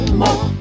more